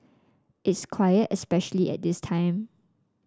it's quiet especially at this time